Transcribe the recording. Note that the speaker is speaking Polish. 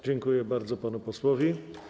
Dziękuję bardzo panu posłowi.